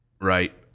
right